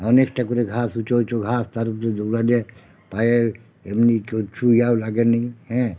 অনেকটা করে ঘাস উঁচু উঁচু ঘাস তার উপরে দৌড়ালে পায়ে এমনিই কিছু ইয়েও লাগে না হ্যাঁ